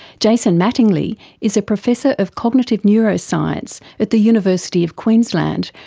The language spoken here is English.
jason mattingley is a professor of cognitive neuroscience at the university of queensland,